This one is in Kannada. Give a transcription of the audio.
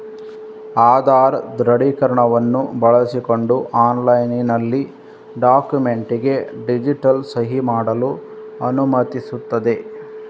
ಆಧಾರ್ ದೃಢೀಕರಣವನ್ನು ಬಳಸಿಕೊಂಡು ಆನ್ಲೈನಿನಲ್ಲಿ ಡಾಕ್ಯುಮೆಂಟಿಗೆ ಡಿಜಿಟಲ್ ಸಹಿ ಮಾಡಲು ಅನುಮತಿಸುತ್ತದೆ